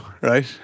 right